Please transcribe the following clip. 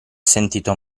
sentito